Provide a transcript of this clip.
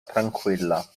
tranquilla